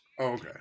okay